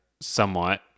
somewhat